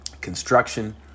construction